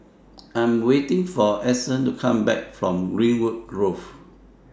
I Am waiting For Edson to Come Back from Greenwood Grove